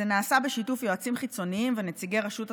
זה נעשה בשיתוף יועצים חיצוניים ונציגי רשות התחרות.